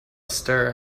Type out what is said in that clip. stir